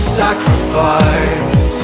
sacrifice